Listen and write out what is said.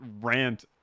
rant